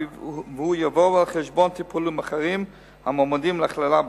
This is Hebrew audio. והוא יבוא על חשבון טיפולים אחרים המועמדים להכללה בסל,